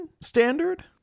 standard